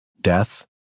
death